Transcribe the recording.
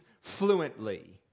fluently